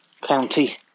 county